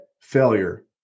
failure